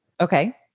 Okay